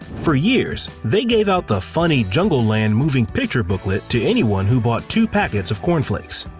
for years, they gave out the funny jungleland moving pictures booklet to anyone who bought two packets of cornflakes.